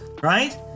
right